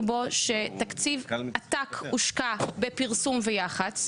בו שתקציב עתק הושקע בפרסום ויח"צ,